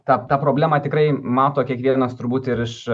ta ta problemą tikrai mato kiekvienas turbūt ir iš